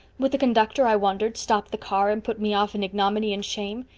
would the conductor, i wondered, stop the car and put me off in ignominy and shame?